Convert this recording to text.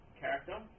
character